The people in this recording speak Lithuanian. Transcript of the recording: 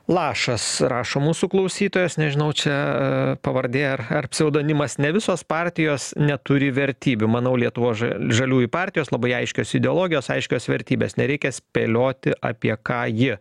lašas rašo mūsų klausytojas nežinau čia pavardė ar ar pseudonimas ne visos partijos neturi vertybių manau lietuvos ža žaliųjų partijos labai aiškios ideologijos aiškios vertybės nereikia spėlioti apie ką ji